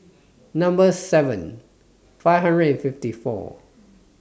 Number seven five hundred and fifty four